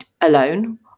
alone